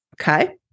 Okay